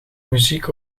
muziek